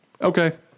Okay